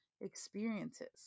experiences